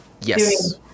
yes